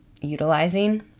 utilizing